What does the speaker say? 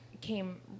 came